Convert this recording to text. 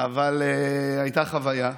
אבל הייתה חוויה.